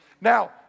Now